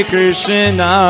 Krishna